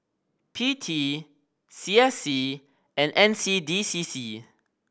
P T C S C and N C D C C